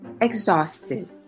Exhausted